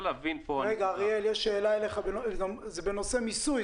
אריאל, יש פה שאלה בנושא המיסוי.